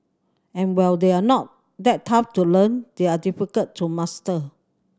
and while they are not that tough to learn they are difficult to master